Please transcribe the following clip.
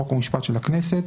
חוק ומשפט של הכנסת,